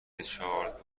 ریچارد